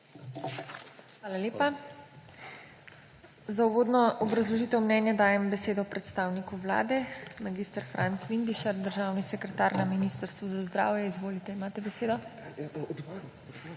Hvala lepa. Za uvodno obrazložitev mnenja dajem besedo predstavniku Vlade. Mag. Franc Vindišar, državni sekretar Ministrstva za zdravje, izvolite, imate besedo.